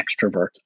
extrovert